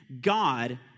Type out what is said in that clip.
God